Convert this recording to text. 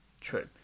True